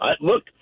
look